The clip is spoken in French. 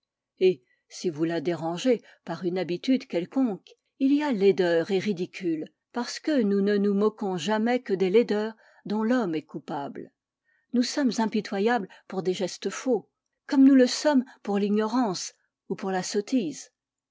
et si vous la dérangez par une habitude quelconque il y a laideur et ridicule parce que nous ne nous moquons jamais que des laideurs dont l'homme est coupable nous sommes impitoyables pour des gestes faux comme nous le sommes pour l'ignorance ou pour la sottise